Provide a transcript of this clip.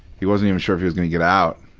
he wasn't even sure if he was gonna get out,